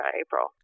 April